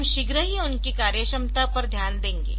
हम शीघ्र ही उनकी कार्यक्षमता पर ध्यान देंगे